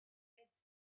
its